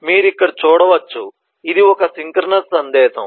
మీరు ఇక్కడ చూడవచ్చు ఇది ఒక సింక్రోనస్ సందేశం